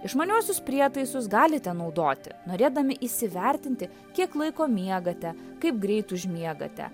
išmaniuosius prietaisus galite naudoti norėdami įsivertinti kiek laiko miegate kaip greit užmiegate